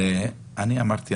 אני אמרתי,